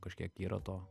kažkiek yra to